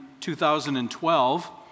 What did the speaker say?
2012